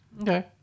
Okay